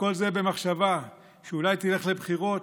וכל זה במחשבה שאולי תלך לבחירות,